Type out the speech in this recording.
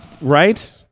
right